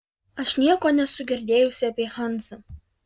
aš nieko nesu girdėjusi apie hanzą